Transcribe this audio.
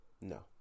No